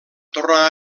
tornar